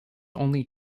only